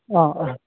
অঁ অঁ